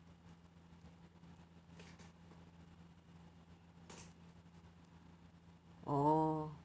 oh